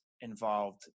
involved